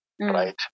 right